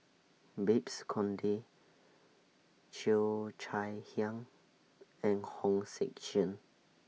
Babes Conde Cheo Chai Hiang and Hong Sek Chern